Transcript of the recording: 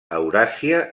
euràsia